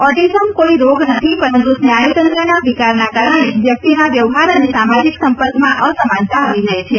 autism કોઇ રોગ નહી પરંતુ સ્નાયુતંત્રનાં વિકારનાં કારણે વ્યક્તિના વ્યવહાર અને સામાજીક સંપર્કમાં અસમાનતા આવી જાય છે